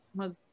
mag